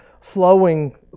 flowing